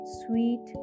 sweet